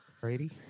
Brady